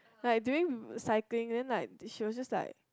like during cycling then like she were just like